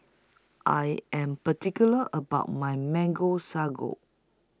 I Am particular about My Mango Sago